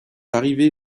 arrivé